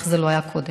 איך זה לא היה קודם?